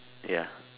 ya